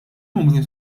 numru